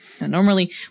Normally